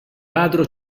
ladro